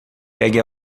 pegue